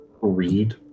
read